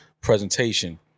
presentation